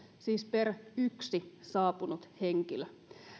siis per yksi saapunut henkilö